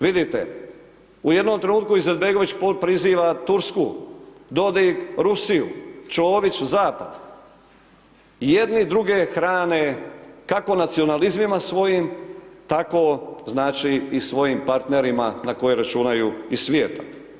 Vidite u jednom trenutku Izetbegović priziva Tursku, Dodik Rusiju, Čović zapad i jedni druge hrane kako nacionalizmima svojim tako znači i svojim partnerima na koje računaju iz svijeta.